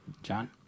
John